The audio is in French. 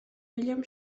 william